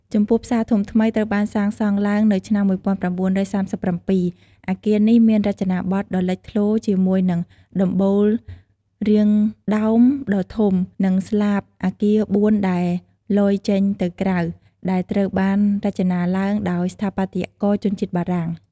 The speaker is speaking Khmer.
ចំពោះផ្សារធំថ្មី ត្រូវបានសាងសង់ឡើងនៅឆ្នាំ ១៩៣៧ អគារនេះមានរចនាបថ ដ៏លេចធ្លោជាមួយនឹងដំបូលរាងដោមដ៏ធំ និងស្លាបអគារបួនដែលលយចេញទៅក្រៅ ដែលត្រូវបានរចនាឡើងដោយស្ថាបត្យករជនជាតិបារាំង។